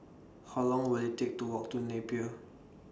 How Long Will IT Take to Walk to Napier